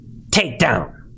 takedown